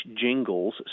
jingles